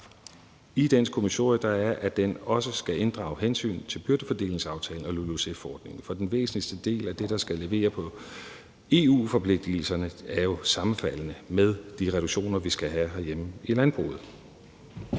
I dens kommissorie står der, at den også skal inddrage hensyn til byrdefordelingsaftalen og LULUCF-forordningen. For den væsentligste del af det, der skal levere på EU-forpligtigelserne, er jo sammenfaldende med de reduktioner, vi skal have herhjemme i landbruget.